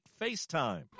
FaceTime